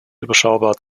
überschaubar